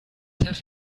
have